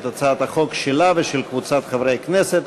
הצעת החוק שלה ושל קבוצת חברי הכנסת.